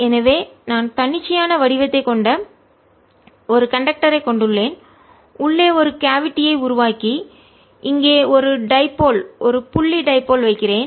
எனவே நான் தன்னிச்சையான வடிவத்தைக் கொண்ட ஒரு கண்டக்டர் ஐ கொண்டுள்ளேன் உள்ளே ஒரு கேவிட்டி ஐ குழியை உருவாக்கி இங்கே ஒரு டைபோல்இருமுனை ஒரு புள்ளி டைபோல்இருமுனை வைக்கிறேன்